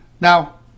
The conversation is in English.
Now